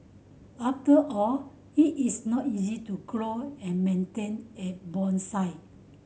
after all it is not easy to grow and maintain a bonsai